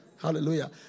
Hallelujah